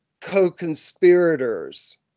co-conspirators